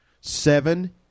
seven